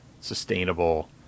sustainable